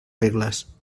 regles